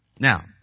Now